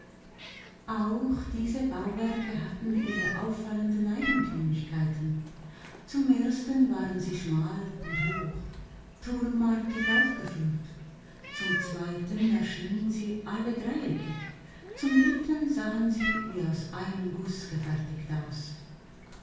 auch diese bauwerke hatten ihre auffallenden eigentümlichkeiten zum ersten waren sie schmal und hoch turmartig aufgeführt zum zweiten erschienen sie alle dreieckig zum dritten sahen sie wie aus einem guß gefertigt aus